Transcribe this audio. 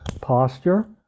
posture